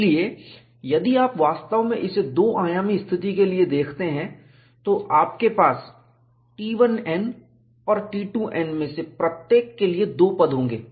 इसलिए यदि आप वास्तव में इसे दो आयामी स्थिति के लिए देखते हैं तो आपके पास T1n और T2n में से प्रत्येक के लिए 2 पद होंगे